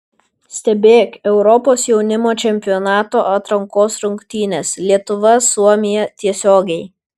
stebėk europos jaunimo čempionato atrankos rungtynes lietuva suomija tiesiogiai